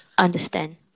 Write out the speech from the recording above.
understand